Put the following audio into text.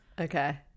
okay